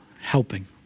helping